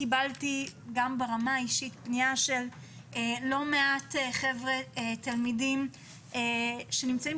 קבלתי פניות אישיות של לא מעט תלמידים שנמצאים